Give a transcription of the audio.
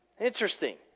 Interesting